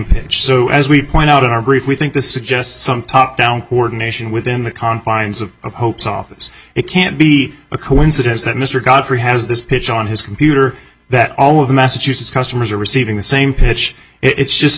pitch so as we point out in our brief we think this suggests some top down ordination within the confines of hope's office it can't be a coincidence that mr godfrey has this pitch on his computer that all of massachusetts customers are receiving the same pitch it's just